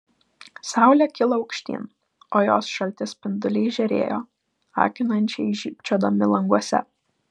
saulė kilo aukštyn o jos šalti spinduliai žėrėjo akinančiai žybčiodami languose